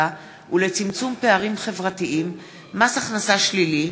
ולצמצום פערים חברתיים (מס הכנסה שלילי)